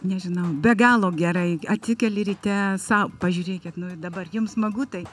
nežinau be galo gerai atsikeli ryte sau pažiūrėkit dabar jums smagu tai